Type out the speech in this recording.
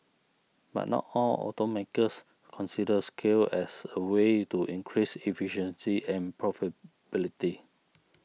but not all automakers consider scale as a way to increased efficiency and profitability